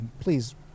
please